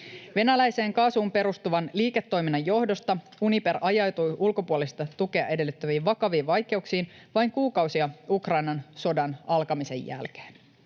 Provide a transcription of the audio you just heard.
Venäläiseen kaasuun perustuvan liiketoiminnan johdosta Uniper ajautui ulkopuolista tukea edellyttäviin vakaviin vaikeuksiin vain kuukausia Ukrainan sodan alkamisen jälkeen.